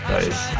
Nice